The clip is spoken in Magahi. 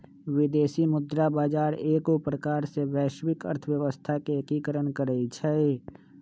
विदेशी मुद्रा बजार एगो प्रकार से वैश्विक अर्थव्यवस्था के एकीकरण करइ छै